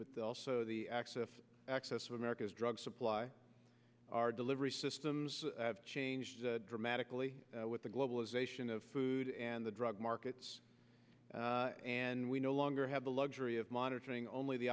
but also the access access to america's drug supply our delivery systems have changed dramatically with the globalization of food and the drug markets and we no longer have the luxury of monitoring only the